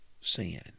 sin